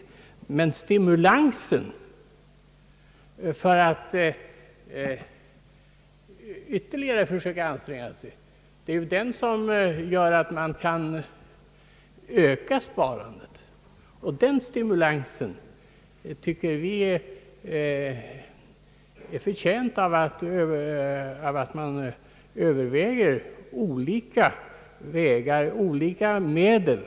Men det är ju stimulansen till ytterligare ansträngningar som kan öka sparandet, och vi tycker att den stimulansen är betjänt av att man överväger olika vägar och medel.